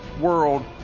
world